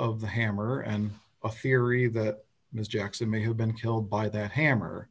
of the hammer and a firy that miss jackson may have been killed by that hammer